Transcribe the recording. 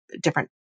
different